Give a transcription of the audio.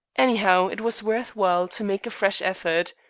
anyhow it was worth while to make a fresh effort.